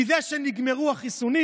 מזה שנגמרו החיסונים?